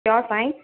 pure science